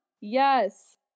Yes